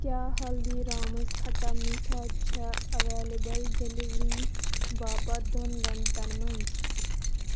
کیٛاہ ہلدی رامٕز کھٹا میٖٹھا چھا ایٚویلیبُل ڈیلیوری باپتھ دۅن گھنٛٹَن منٛز